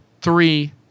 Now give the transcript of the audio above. three